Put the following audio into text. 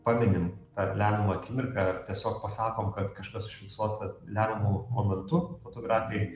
paminim ar lemiamą akimirką ar tiesiog pasakom kad kažkas užfiksuota lemiamu momentu fotografijoj